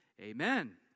amen